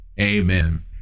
Amen